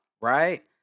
Right